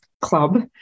club